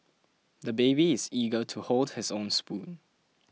the baby is eager to hold his own spoon